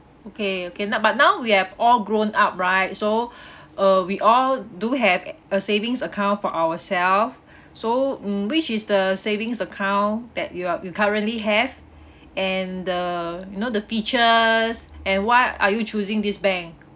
okay okay now but now we have all grown up right so uh we all do have a savings account for ourself so mm which is the savings account that you are you currently have and the you know the features and why are you choosing this bank